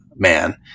man